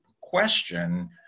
question